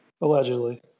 Allegedly